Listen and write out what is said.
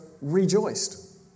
rejoiced